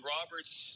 Roberts